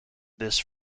this